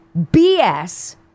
BS